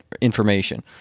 information